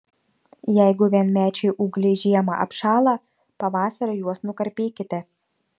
jeigu vienmečiai ūgliai žiemą apšąla pavasarį juos nukarpykite